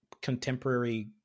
contemporary